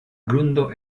grundo